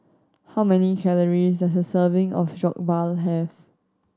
how many calories does a serving of Jokbal have